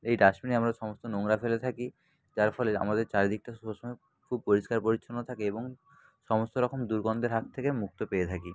এই ডাস্টবিনে আমরা সমস্ত নোংরা ফেলে থাকি যার ফলে আমাদের চারিদিকটা সবসময় খুব পরিষ্কার পরিচ্ছন্ন থাকে এবং সমস্ত রকম দুর্গন্ধের হাত থেকে মুক্তি পেয়ে থাকি